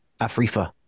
Afrifa